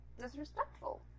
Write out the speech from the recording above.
disrespectful